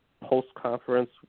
post-conference